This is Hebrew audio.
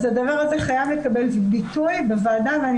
הדבר הזה חייב לקבל ביטוי בוועדה ואני